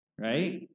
right